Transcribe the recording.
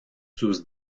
sus